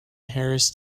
harris